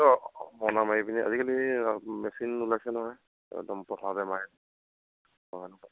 মৰণা মাৰি পিনে আজিকালি মেচিন ওলাইছে নহয় একদম পথাৰতে মাৰে